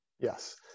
Yes